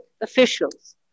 officials